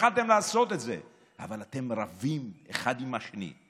יכולתם לעשות את זה, אבל אתם רבים אחד עם השני.